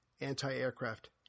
anti-aircraft